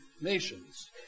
nations